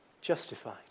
justified